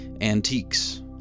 antiques